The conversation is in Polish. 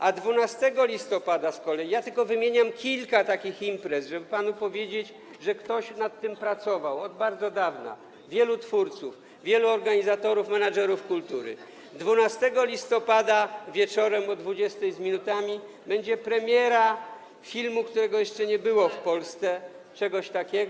A 12 listopada z kolei - ja tylko wymieniam kilka takich imprez, żeby panu powiedzieć, że ktoś nad tym pracował od bardzo dawna, wielu twórców, wielu organizatorów, menedżerów kultury - 12 listopada wieczorem o godz. 20 z minutami będzie premiera filmu, jakiego jeszcze nie było w Polsce, nie było czegoś takiego.